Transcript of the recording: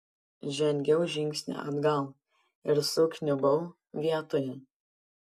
žengiau žingsnį atgal ir sukniubau vietoje